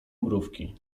mrówki